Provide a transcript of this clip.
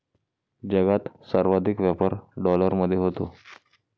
जगात सर्वाधिक व्यापार डॉलरमध्ये होतो